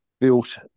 built